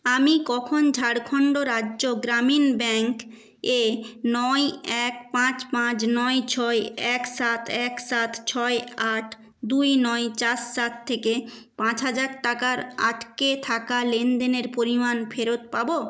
আমি কখন ঝাড়খণ্ড রাজ্য গ্রামীণ ব্যাঙ্ক এ নয় এক পাঁচ পাঁচ নয় ছয় এক সাত এক সাত ছয় আট দুই নয় চার সাত থেকে পাঁচ হাজার টাকার আটকে থাকা লেনদেনের পরিমাণ ফেরত পাবো